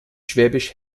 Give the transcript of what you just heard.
schwäbisch